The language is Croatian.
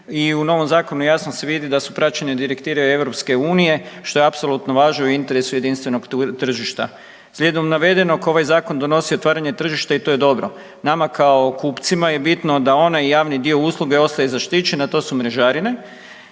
i u novom zakonu jasno se vidi da su praćene direktive EU, što je apsolutno važno i u interesu jedinstvenog tržišta. Slijedom navedenog, ovaj Zakon donosi otvaranje tržišta i to je dobro. Nama kao kupcima je bitno da onaj javni dio usluge ostaje zaštićen, a to su mrežarine,